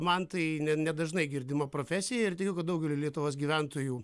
man tai nedažnai girdima profesija ir tikiu kad daugeliui lietuvos gyventojų